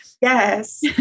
Yes